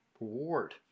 reward